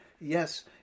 Yes